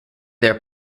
their